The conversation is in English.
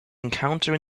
encounter